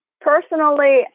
Personally